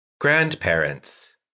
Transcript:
Grandparents